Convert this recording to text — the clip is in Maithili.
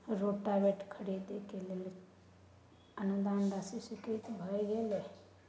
रोटावेटर खरीदे के लिए अनुदान राशि स्वीकृत भ सकय छैय?